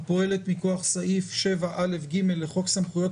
הפועלת מכוח סעיף 7א(ג) לחוק סמכויות